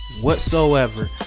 whatsoever